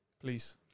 please